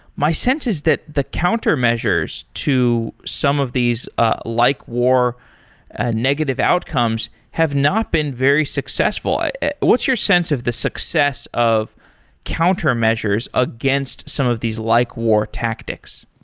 my sense is that the countermeasures to some of these ah likewar ah negative outcomes have not been very successful. what's your sense of the success of countermeasures against some of these likewar tactics?